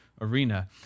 arena